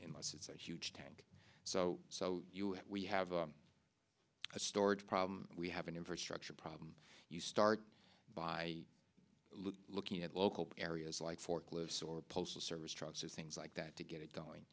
us it's a huge tank so so we have a storage problem we have an infrastructure problem you start by looking at local areas like forklifts or postal service trucks as things like that to get it going